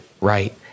Right